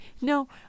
No